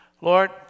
Lord